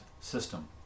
system